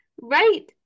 right